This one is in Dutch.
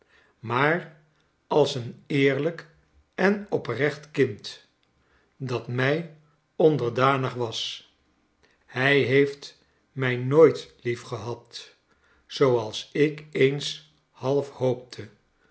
maar als een eerlijk en oprecht kind dat mij onderdanig was hij heeft mij nooit liefgehad zooals ik eens half hoopte